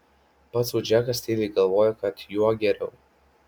pats sau džekas tyliai galvojo kad juo geriau